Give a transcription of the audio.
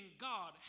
God